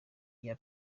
iya